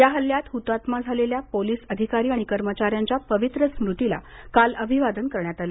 या हल्ल्यात हुतात्मा झालेल्या पोलिस अधिकारी आणि कर्मचाऱ्यांच्या पवित्र स्मुतीला काल अभिवादन करण्यात आलं